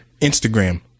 Instagram